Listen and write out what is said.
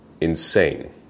insane